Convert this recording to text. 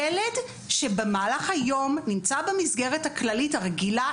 ילד שבמהלך היום נמצא במסגרת הכללית הרגילה,